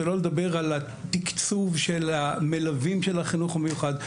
שלא לדבר על התקצוב של המלווים של החינוך המיוחד,